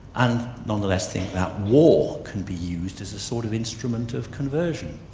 and nonetheless think that war can be used as a sort of instrument of conversion.